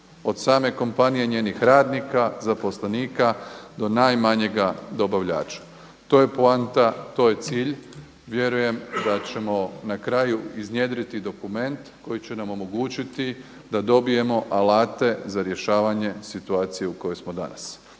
od same kompanije i njenih radnika, zaposlenika do najmanjega dobavljača. To je poanta, to je cilj, vjerujem da ćemo na kraju iznjedriti dokument koji će nam omogućiti da dobijemo alate za rješavanje situacije u kojoj smo danas.